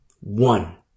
one